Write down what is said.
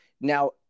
Now